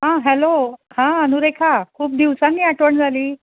हां हॅलो हां अनुरेखा खूप दिवसांनी आठवण झाली